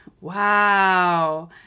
Wow